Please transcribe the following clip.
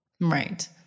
Right